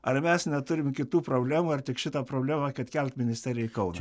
ar mes neturim kitų problemų ar tik šitą problemą kad kelt ministeriją į kauną